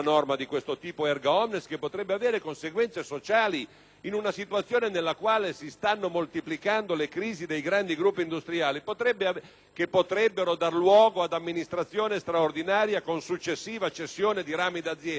che potrebbero dar luogo ad amministrazione straordinaria con successiva cessione di rami d'azienda, potremmo stare decidendo, senza saperlo, di introdurre nel nostro ordinamento una cessione di ramo d'azienda che avviene in assenza di tutele per i lavoratori del ramo